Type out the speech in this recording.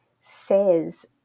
says